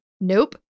nope